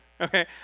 Okay